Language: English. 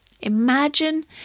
Imagine